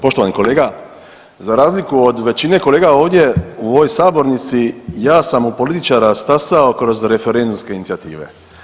Poštovani kolega, za razliku od većine kolega ovdje u ovoj sabornici, ja sam u političara stasao kroz referendumske inicijative.